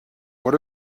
what